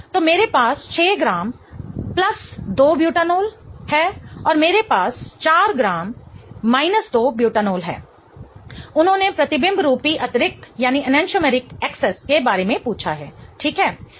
तो मेरे पास 6 ग्राम 2 बुटानोल 2 Butanol है और मेरे पास 4 ग्राम 2 बुटानोल 2 Butanol है उन्होंने प्रतिबिंब रूपी अतिरिक्त के बारे में पूछा है ठीक है